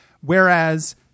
Whereas